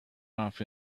off